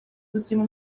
ubuzima